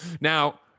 now